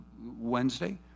Wednesday